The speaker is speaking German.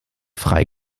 frei